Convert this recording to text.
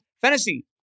Fantasy